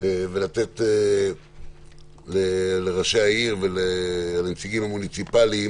ולתת לראשי הערים ולנציגים המוניציפליים